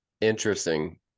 Interesting